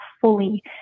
fully